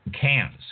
Cans